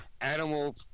Animal